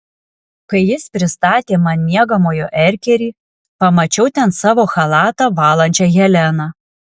kai jis pristatė man miegamojo erkerį pamačiau ten savo chalatą valančią heleną